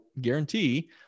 guarantee